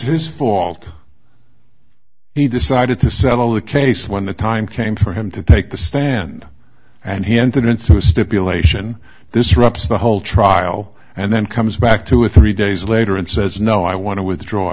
his fault he decided to settle the case when the time came for him to take the stand and he entered into a stipulation this wraps the whole trial and then comes back two or three days later and says no i want to withdraw